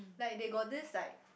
like they got these like